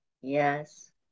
Yes